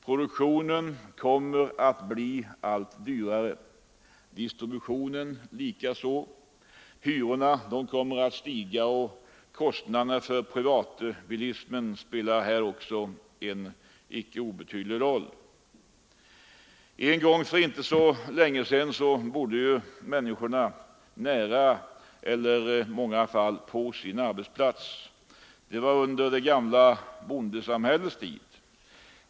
Produktionen kommer att bli allt dyrare, distributionen likaså. Hyrorna kommer att stiga, och kostnaderna för privatbilismen spelar en icke obetydlig roll. En gång för inte så länge sedan bodde människorna nära eller på sin arbetsplats. Det var under det gamla bondesamhällets tid.